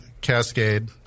Cascade